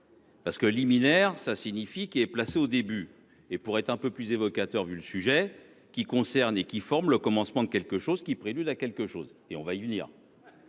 Parce que liminaire, ça signifie qu'il est placé au début et pourrait être un peu plus évocateur vu le sujet qui concerne et qui forment le commencement de quelque chose qui prélude à quelque chose et on va y venir.